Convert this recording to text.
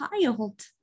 child